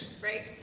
right